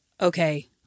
okay